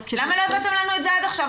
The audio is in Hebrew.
--- למה לא הבאתם לנו את זה עד עכשיו?